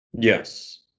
Yes